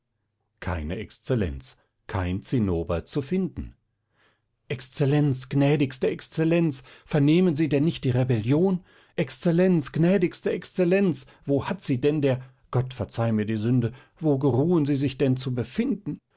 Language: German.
keine exzellenz kein zinnober zu finden exzellenz gnädigste exzellenz vernehmen sie denn nicht die rebellion exzellenz gnädigste exzellenz wo hat sie denn der gott verzeih mir die sünde wo geruhen sie sich denn zu befinden